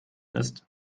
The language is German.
ist